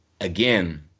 again